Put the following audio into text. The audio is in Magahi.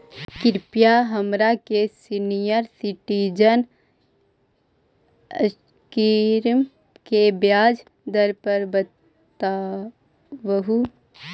कृपा हमरा के सीनियर सिटीजन स्कीम के ब्याज दर बतावहुं